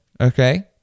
Okay